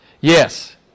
yes